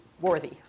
worthy